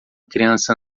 criança